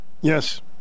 yes